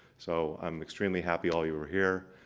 so, i'm extremely happy all you are here.